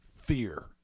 fear